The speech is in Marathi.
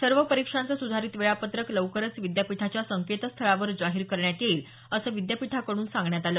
सर्व परीक्षांचं सुधारित वेळापत्रक लवकरच विद्यापीठाच्या संकेतस्थळावर जाहीर करण्यात येईल असं विद्यापीठाकडून सांगण्यात आलं